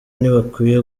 ntibakwiye